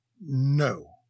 No